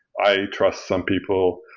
i trust some people,